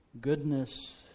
Goodness